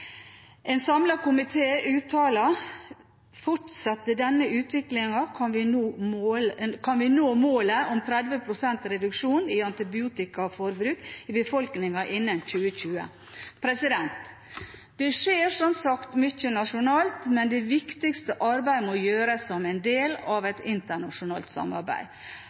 en effekt. En samlet komité uttaler: «Fortsetter denne utviklingen, kan vi nå målet om 30 prosent reduksjon i antibiotikaforbruk i befolkningen innen 2020.» Det skjer som sagt mye nasjonalt, men det viktigste arbeidet må gjøres som en del av et internasjonalt samarbeid.